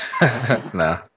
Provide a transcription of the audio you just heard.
No